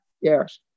Yes